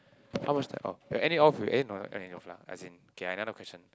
how much time orh uh we are ending off with eh no not ending off lah as in okay another question